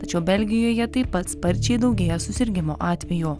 tačiau belgijoje taip pat sparčiai daugėja susirgimų atvejų